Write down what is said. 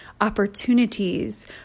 opportunities